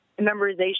memorization